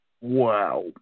Wow